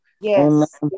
Yes